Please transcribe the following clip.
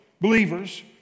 believers